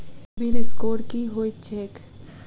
CIBIL score की होइत छैक?